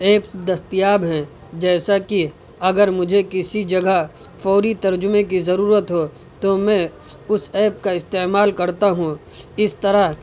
apps دستیاب ہیں جیسا کہ اگر مجھے کسی جگہ فوری ترجمے کی ضرورت ہو تو میں اس ایپ کا استعمال کرتا ہوں اس طرح